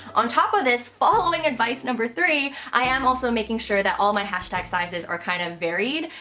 on top of this following advice number three, i am also making sure that all my hashtag sizes are kind of varied,